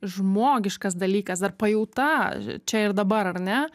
žmogiškas dalykas dar pajauta čia ir dabar ar ne